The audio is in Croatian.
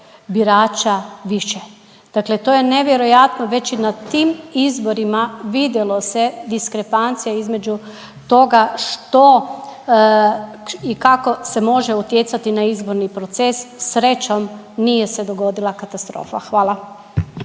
birača više, dakle to je nevjerojatno, već i na tim izborima vidjelo se diskrepancija između toga što i kako se može utjecati na izborni proces, srećom nije se dogodila katastrofa, hvala.